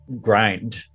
grind